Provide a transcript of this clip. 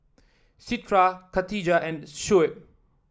Citra Khatijah and Shuib